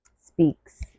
speaks